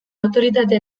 autoritate